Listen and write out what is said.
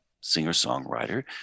singer-songwriter